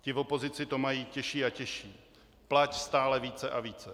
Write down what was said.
Ti v opozici to mají těžší a těžší: plať stále více a více!